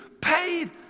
paid